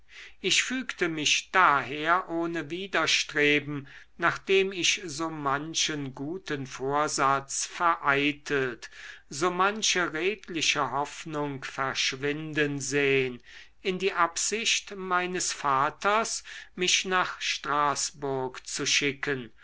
ich fügte mich daher ohne widerstreben nachdem ich so manchen guten vorsatz vereitelt so manche redliche hoffnung verschwinden sehn in die absicht meines vaters mich nach straßburg zu schicken